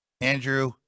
andrew